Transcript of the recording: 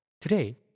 Today